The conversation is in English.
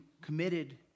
committed